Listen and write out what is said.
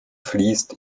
fließt